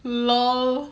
L_O_L